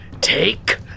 Take